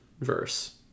verse